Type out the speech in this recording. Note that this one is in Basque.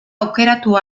aukeratu